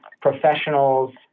professionals